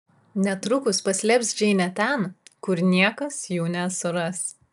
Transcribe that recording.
netrukus paslėps džeinę ten kur niekas jų nesuras